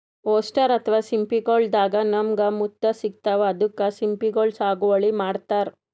oyster ಅಥವಾ ಸಿಂಪಿಗೊಳ್ ದಾಗಾ ನಮ್ಗ್ ಮುತ್ತ್ ಸಿಗ್ತಾವ್ ಅದಕ್ಕ್ ಸಿಂಪಿಗೊಳ್ ಸಾಗುವಳಿ ಮಾಡತರ್